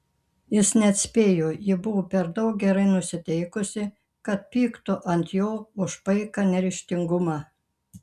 jis neatspėjo ji buvo per daug gerai nusiteikusi kad pyktų ant jo už paiką neryžtingumą